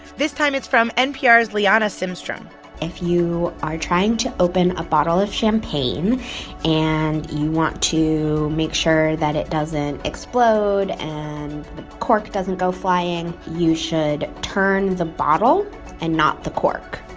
this time, it's from npr's liana simstrom if you are trying to open a bottle of champagne and you want to make sure that it doesn't explode and the cork doesn't go flying, you should turn the bottle and not the cork.